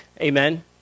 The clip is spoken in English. Amen